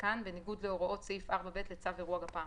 בניגוד להוראות סעיף 4(ב) לצו אירוע גפ"מ,